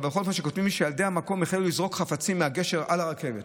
אבל כותבים לי שילדי המקום החלו לזרוק חפצים מהגשר על הרכבת,